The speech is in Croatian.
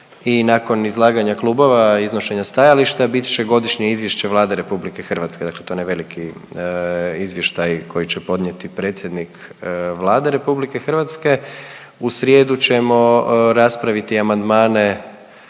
i nakon izlaganja klubova i iznošenja stajališta bit će Godišnji izvješće Vlade RH dakle to je onaj veliki izvještaj koji će podnijeti predsjednik Vlade RH, u srijedu ćemo raspraviti amandmane